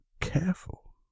careful